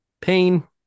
pain